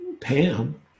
Pam